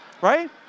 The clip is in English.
Right